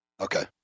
Okay